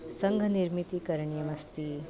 सङ्घनिर्मितिः करणीयास्ति